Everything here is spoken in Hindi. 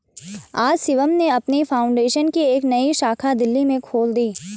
आज शिवम ने अपनी फाउंडेशन की एक नई शाखा दिल्ली में खोल दी है